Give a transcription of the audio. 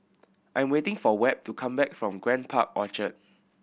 I am waiting for Webb to come back from Grand Park Orchard